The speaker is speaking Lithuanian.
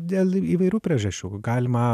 dėl įvairių priežasčių galima